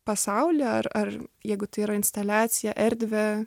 pasaulį ar ar jeigu tai yra instaliacija erdvę